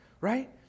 right